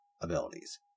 abilities